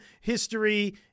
history